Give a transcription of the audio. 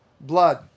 blood